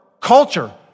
culture